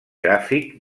gràfic